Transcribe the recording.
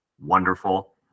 wonderful